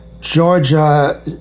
Georgia